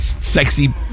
Sexy